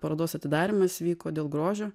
parodos atidarymas vyko dėl grožio